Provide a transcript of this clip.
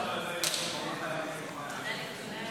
רישוי עסקים (תיקון מס'